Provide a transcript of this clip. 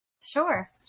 Sure